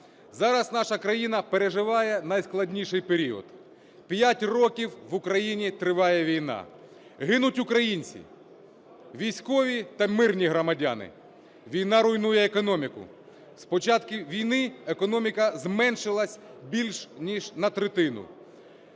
Зараз наша країна переживає найскладніший період. 5 років в Україні триває війна, гинуть українці: військові та мирні громадяни. Війна руйнує економіку. З початку війни економіка зменшилась більше ніж на третину.